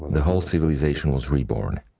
the whole civilization was reborn.